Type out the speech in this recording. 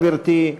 גברתי.